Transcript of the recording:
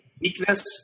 weakness